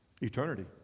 Eternity